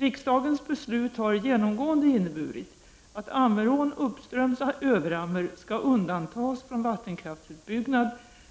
Riksdagens beslut har genomgående innebu 101 rit att Ammerån uppströms Överammer skall undantas från vattenkraftsutbyggnad